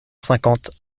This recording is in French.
cinquante